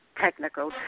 Technical